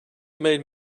made